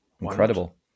Incredible